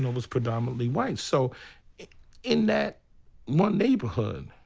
know, but predominantly white. so in that one neighborhood,